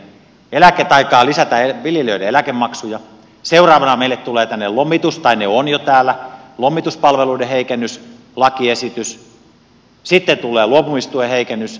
nyt lisätään viljelijöiden eläkemaksuja seuraavana meille tulee tai se on jo täällä lomituspalveluiden heikennyksestä lakiesitys sitten tulee luopumistuen heikennysesitys